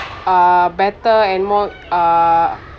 uh better and more uh